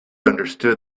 understood